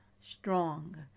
strong